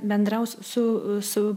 bendraus su su